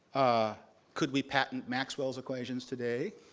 ah could we patent maxwell's equations today?